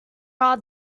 are